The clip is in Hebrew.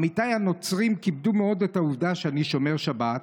עמיתיי הנוצרים כיבדו מאוד את העובדה שאני שומר שבת.